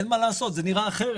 זה נראה אחרת,